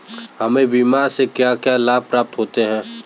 हमें बीमा से क्या क्या लाभ प्राप्त होते हैं?